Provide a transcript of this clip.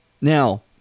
Now